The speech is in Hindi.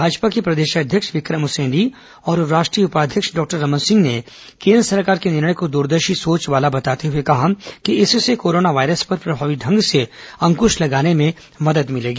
भाजपा के प्रदेश अध्यक्ष विक्रम उसेंडी और राष्ट्रीय उपाध्यक्ष डॉक्टर रमन सिंह ने केन्द्र सरकार के निर्णय को दूरदर्शी सोच वाला बताते हुए कहा कि इससे कोरोना वायरस पर प्रभावी ढंग से अंकुश लगाने में मदद मिलेगी